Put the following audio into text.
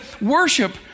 worship